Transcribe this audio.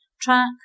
track